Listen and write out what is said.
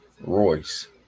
Royce